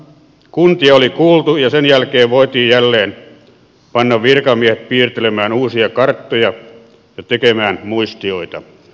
kuntia oli kuultu ja sen jälkeen voitiin jälleen panna virkamiehet piirtelemään uusia karttoja ja tekemään muistioita